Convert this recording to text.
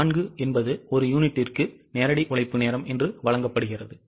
4 என்பது ஒரு யூனிட்டுக்கு நேரடி உழைப்பு நேரம் என்று வழங்கப்படுகிறது